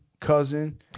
cousin